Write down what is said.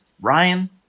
Ryan